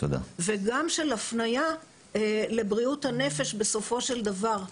וגם של הפניה לבריאות הנפש בסופו של דבר.